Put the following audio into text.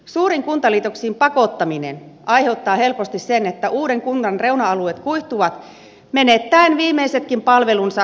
suuriin kuntaliitoksiin pakottaminen aiheuttaa helposti sen että uuden kunnan reuna alueet kuihtuvat menettäen viimeisetkin palvelunsa kunnan keskustaan